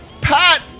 Pat